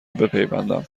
بپیوندم